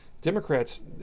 Democrats